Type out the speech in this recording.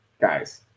guys